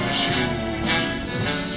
shoes